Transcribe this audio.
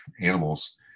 animals